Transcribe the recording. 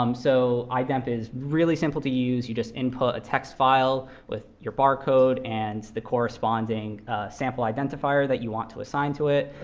um so idemp is really simple to use. you just input a text file with your barcode and the corresponding sample identifier that you want to assign to it,